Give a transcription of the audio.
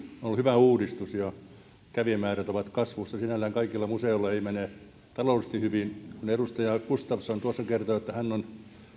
on ollut hyvä uudistus ja kävijämäärät ovat kasvussa sinällään kaikilla museoilla ei mene taloudellisesti hyvin kun edustaja gustafsson kertoi että hän on